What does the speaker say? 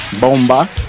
Bomba